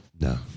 No